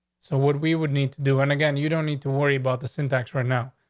so what we would need to do and again, you don't need to worry about the syntax right now.